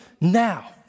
now